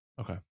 okay